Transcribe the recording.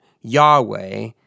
Yahweh